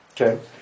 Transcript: Okay